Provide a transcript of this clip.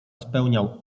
spełniał